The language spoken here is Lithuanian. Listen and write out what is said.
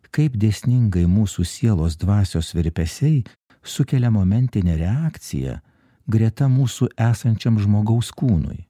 kaip dėsningai mūsų sielos dvasios virpesiai sukelia momentinę reakciją greta mūsų esančiam žmogaus kūnui